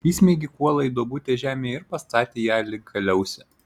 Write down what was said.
įsmeigė kuolą į duobutę žemėje ir pastatė ją lyg kaliausę